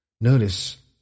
Notice